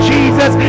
Jesus